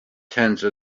tense